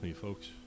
folks